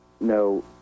no